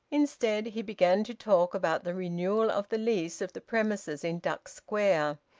instead, he began to talk about the renewal of the lease of the premises in duck square,